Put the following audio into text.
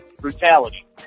brutality